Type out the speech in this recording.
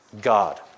God